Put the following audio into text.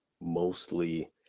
mostly